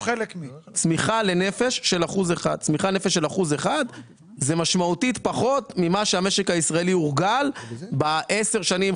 צמיחה לנפש של 1% זה משמעותית פחות ממה שהמשק הישראלי הורגל ב-10 שנים,